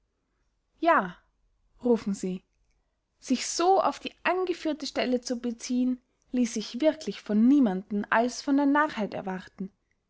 ja rufen sie sich so auf die angeführte stelle zu beziehen ließ sich wirklich von niemanden als von der narrheit erwarten